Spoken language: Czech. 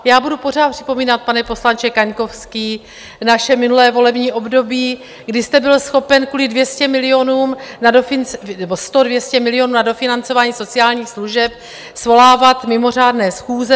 Já budu pořád připomínat, pane poslanče Kaňkovský, naše minulé volební období, kdy jste byli schopni kvůli 200 milionům, nebo sto, 200 milionům na dofinancování sociálních služeb svolávat mimořádné schůze.